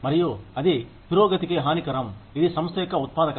మరియు అది పురోగతికి హానికరం ఇది సంస్థ యొక్క ఉత్పాదకత